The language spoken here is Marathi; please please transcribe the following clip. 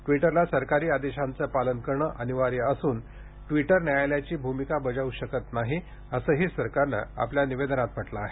ट्विटरला सरकारी आदेशांचं पालन करणं अनिवार्य असून ट्विटर न्यायालयाची भूमिका बजावू शकत नाही असंही सरकारनं आपल्या निवेदनात म्हटलं आहे